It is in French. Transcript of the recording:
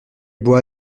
boit